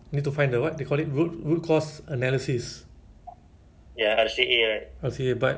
then last what you call that analyse ah whether the same issue might repeat again you know